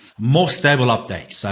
more stable updates. so,